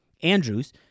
Andrews